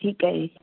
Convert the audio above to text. ਠੀਕ ਹੈ ਜੀ